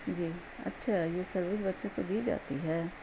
جی اچھا یہ سروس بچوں کو دی جاتی ہے